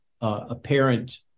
apparent